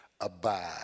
abide